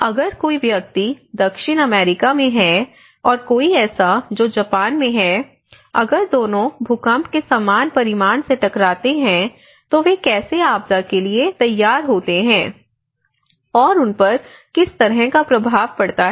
अगर कोई व्यक्ति दक्षिण अमेरिका में है और कोई ऐसा जो जापान में है अगर दोनों भूकंप के समान परिमाण से टकराते हैं तो वे कैसे आपदा के लिए तैयार होते हैं और उन पर किस तरह का प्रभाव पड़ता है